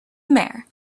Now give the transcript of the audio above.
mare